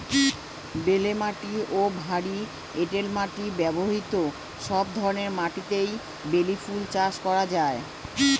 বেলে মাটি ও ভারী এঁটেল মাটি ব্যতীত সব ধরনের মাটিতেই বেলি ফুল চাষ করা যায়